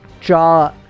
jaw